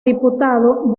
diputado